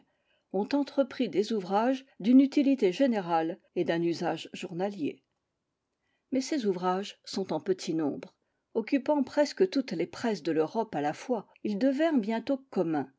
ont entrepris des ouvrages d'une utilité générale et d'un usage journalier mais ces ouvrages sont en petit nombre occupant presque toutes les presses de l'europe à la fois ils devinrent bientôt communs